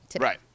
Right